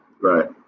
Right